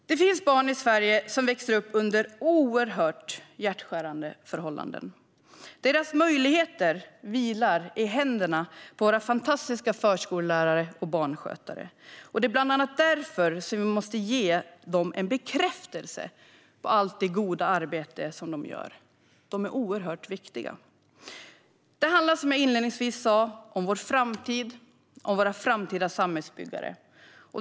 Det finns barn i Sverige som växer upp under oerhört hjärtskärande förhållanden. Deras möjligheter vilar i händerna på våra fantastiska förskollärare och barnskötare. Det är bland annat därför som vi måste ge dem en bekräftelse på allt det goda arbete som de gör. De är oerhört viktiga. Det handlar, som jag inledningsvis sa, om vår framtid och våra framtida samhällsbyggare.